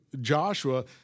Joshua